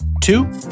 Two